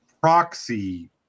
proxy